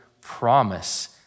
promise